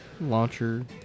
launcher